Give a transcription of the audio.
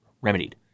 remedied